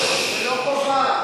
אבל זה לא מחייב את כולם.